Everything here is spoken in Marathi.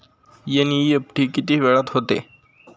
एन.इ.एफ.टी किती वेळात होते?